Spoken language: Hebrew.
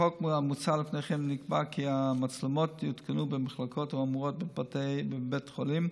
בחוק המוצע לפניכם נקבע כי המצלמות יותקנו במחלקות האמורות בבית החולים,